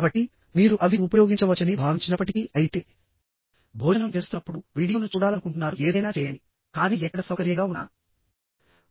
కాబట్టి మీరు అవి ఉపయోగించవచ్చని భావించినప్పటికీ అయితే భోజనం చేస్తున్నప్పుడు మీరు వీడియోను చూడాలనుకుంటున్నారు ఏదైనా చేయండి కానీ మీరు ఎక్కడ సౌకర్యంగా ఉన్నా